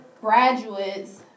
graduates